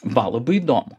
va labai įdomu